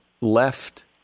left